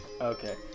Okay